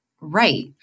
right